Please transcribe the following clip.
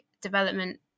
development